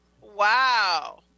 Wow